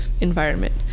environment